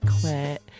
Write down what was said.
quit